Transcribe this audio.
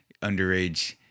underage